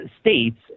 states